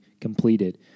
completed